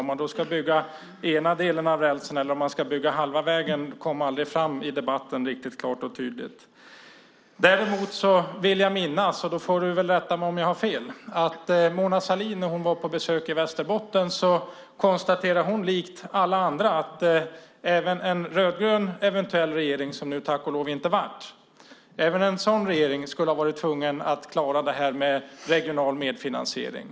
Om man skulle bygga ena delen av rälsen eller om man skulle bygga halva vägen framkom aldrig riktigt klart och tydligt i debatten. Jag vill minnas - Jonas Sjöstedt får rätta mig om jag har fel - att Mona Sahlin vid sitt besök i Västerbotten likt alla andra konstaterade att även en eventuell rödgrön regering, som det tack och lov inte blev, skulle ha varit tvungen att klara det här med regional medfinansiering.